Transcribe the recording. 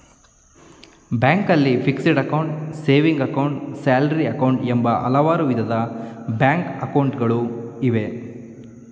ಬ್ಯಾಂಕ್ನಲ್ಲಿ fixed account, saving account, salary account, ಎಂಬ ಹಲವಾರು ವಿಧದ ಬ್ಯಾಂಕ್ ಅಕೌಂಟ್ ಗಳಿವೆ